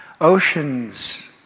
Oceans